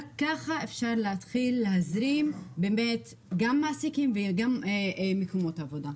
רק ככה אפשר להתחיל להזרים מעסיקים ומקומות עבודה.